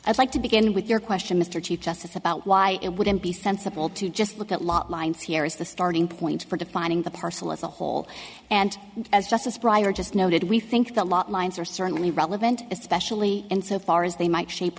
i'd like to begin with your question mr chief justice about why it wouldn't be sensible to just look at lot lines here is the starting point for defining the parcel as a whole and as justice breyer just noted we think the lot lines are certainly relevant especially insofar as they might shape